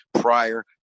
Prior